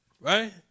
Right